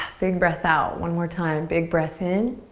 big breath out. one more time, big breath in.